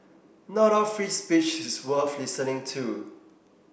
not all free speech is worth listening to